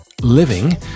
living